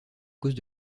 cause